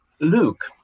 Luke